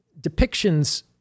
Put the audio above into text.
depictions